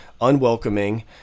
unwelcoming